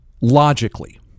logically